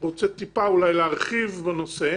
רוצה להרחיב בנושא